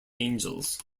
angels